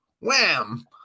wham